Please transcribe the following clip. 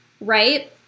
Right